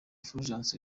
fulgence